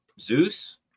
Zeus